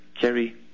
Kerry